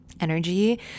energy